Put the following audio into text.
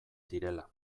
direla